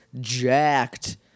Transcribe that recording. jacked